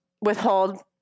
withhold